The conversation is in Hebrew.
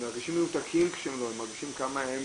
אנשים מנותקים כשהם לא, הם מרגישים כמה הם